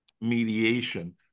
mediation